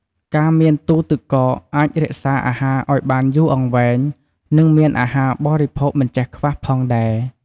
ការមានទូទឹកកកអាចរក្សាអាហារឲ្យបានយូរអង្វែង និងមានអាហារបរិភោគមិនចេះខ្វះផងដែរ។